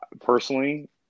personally